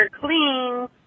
clean